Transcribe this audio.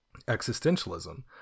existentialism